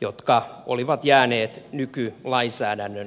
jotka olivat jääneet nykylainsäädännön jalkoihin